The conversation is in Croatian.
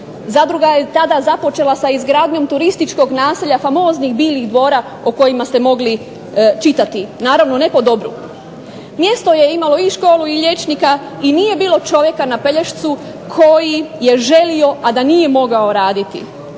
Zadruga je tada započela sa izgradnjom turističkog naselja famoznih Diljih dvora, o kojima ste mogli čitati. Naravno ne po dobru. Mjesto je imalo i školu, i liječnika i nije bilo čovjeka na Pelješcu koji je želio a da nije mogao raditi.